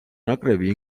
ნაკრები